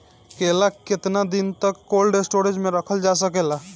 केला केतना दिन तक कोल्ड स्टोरेज में रखल जा सकेला?